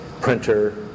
printer